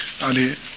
Ali